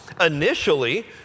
Initially